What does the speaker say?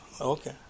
Okay